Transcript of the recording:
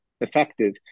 effective